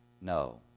No